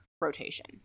rotation